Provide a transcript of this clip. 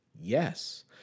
Yes